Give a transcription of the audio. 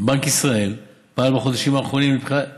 בנק ישראל פעל בחודשים האחרונים לבחינת